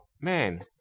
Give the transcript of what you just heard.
man